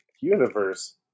universe